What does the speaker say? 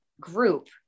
group